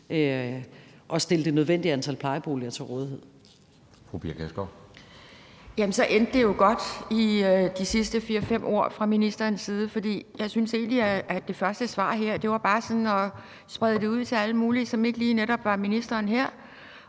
Kjærsgaard. Kl. 14:11 Pia Kjærsgaard (DF): Jamen så endte det jo godt med de sidste fire-fem ord fra ministerens side. For jeg synes egentlig, at det første svar her bare var sådan at sprede det ud til alle mulige, som ikke lige netop var ministeren selv,